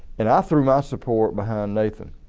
and ah threw my support behind nathan.